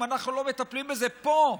אם אנחנו לא מטפלים בזה פה,